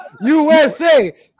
USA